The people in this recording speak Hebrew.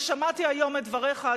ושמעתי היום את דבריך,